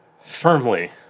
firmly